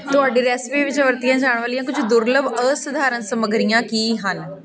ਤੁਹਾਡੀ ਰੈਸਪੀ ਵਿੱਚ ਵਰਤੀਆਂ ਜਾਣ ਵਾਲੀਆਂ ਕੁਝ ਦੁਰਲੱਭ ਅਸਧਾਰਨ ਸਮੱਗਰੀਆਂ ਕੀ ਹਨ